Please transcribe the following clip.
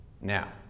Now